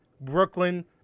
Brooklyn